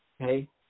Okay